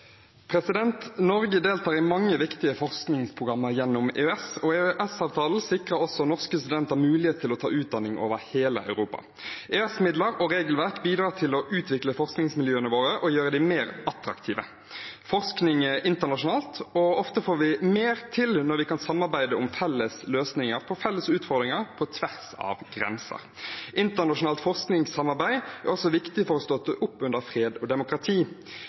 Norge deltar i mange viktige forskningsprogrammer gjennom EØS. EØS-avtalen sikrer også norske studenter mulighet til å ta utdanning over hele Europa. EØS-midler og -regelverk bidrar også til å utvikle forskningsmiljøene våre og gjøre dem mer attraktive. Forskning er internasjonalt, og ofte får vi mer til når vi kan samarbeide om felles løsninger på felles utfordringer på tvers av grenser. Internasjonalt forskningssamarbeid er også viktig for å støtte opp under fred og demokrati.